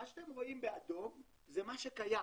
מה שאתם רואים באדום זה מה שקיים,